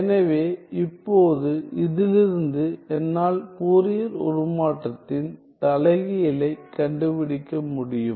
எனவே இப்போது இதிலிருந்து என்னால் ஃபோரியர் உருமாற்றத்தின் தலைகீழைக் கண்டுபிடிக்க முடியும்